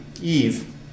Eve